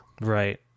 Right